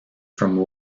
from